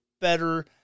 better